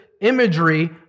imagery